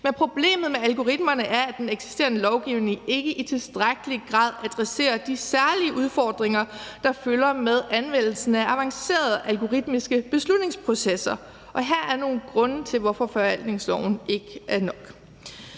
Men problemet med algoritmerne er, at den eksisterende lovgivning ikke i tilstrækkelig grad adresserer de særlige udfordringer, der følger med anvendelsen af avanceret algoritmiske beslutningsprocesser. Her er nogle grunde til, hvorfor forvaltningsloven ikke er nok: